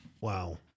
Wow